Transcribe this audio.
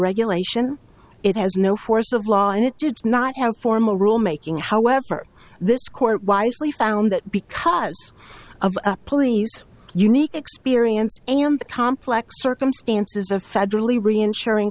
regulation it has no force of law and it did not have formal rulemaking however this court wisely found that because of a police unique experience in the complex circumstances of federally re insuring